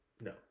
No